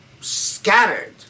scattered